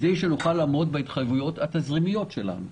כדי שנוכל לעמוד בהתחייבויות התזרימיות שלנו.